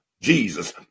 Jesus